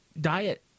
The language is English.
Diet